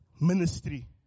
ministry